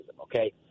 Okay